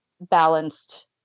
balanced